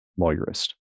lawyerist